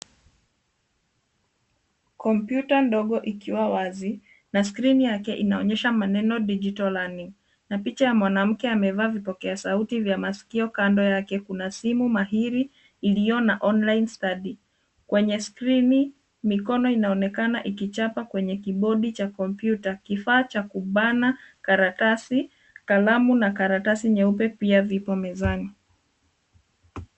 Kompyuta ndogo ikiwa wazi na skrini yake inaonyesha maneno digital learning na picha ya mwanamke amevaa vipokeasauti vya maskio yake. Kando yake kuna simu mahiri iliyo na online study .Kwenye skrini mikono inaonekana ikichapa kwenye kibodi ya kompyuta, kifaa cha kubana, karatasi, kalamu na karatasi nyeupe pia vipo mezani.